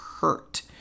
hurt